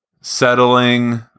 settling